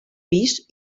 pis